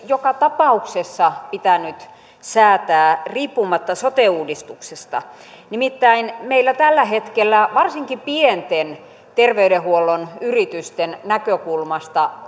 joka tapauksessa pitänyt säätää riippumatta sote uudistuksesta nimittäin meillä tällä hetkellä varsinkin pienten terveydenhuollon yritysten näkökulmasta